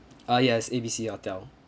uh yes A B C hotel